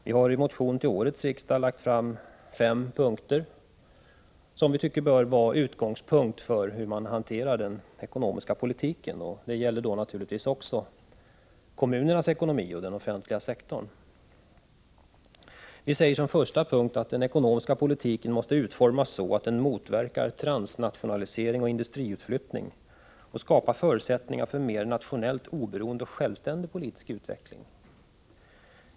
Vi har i en motion till årets riksdag presenterat fem punkter, som vi tycker bör vara utgångsläge för hur man hanterar den ekonomiska politiken. Det gäller naturligtvis också kommunernas ekonomi och den offentliga sektorn. Vi säger under den första punkten att den ekonomiska politiken måste utformas så, att den motverkar transnationalisering och industriutflyttning och skapar förutsättningar för mer nationellt oberoende och självständig politisk utveckling.